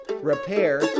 Repair